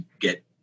get